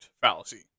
fallacy